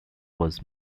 was